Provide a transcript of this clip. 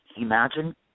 imagine